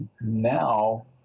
now